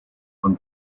von